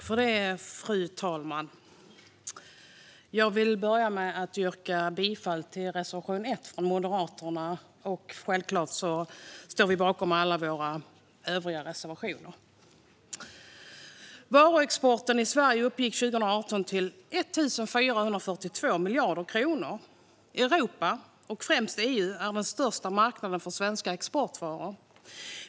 Fru talman! Jag vill börja med att yrka bifall till reservation 1 från Moderaterna. Självklart står vi bakom alla våra övriga reservationer. Varuexporten i Sverige uppgick 2018 till 1 442 miljarder kronor. Europa och främst EU är den största marknaden för svenska exportvaror.